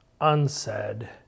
unsaid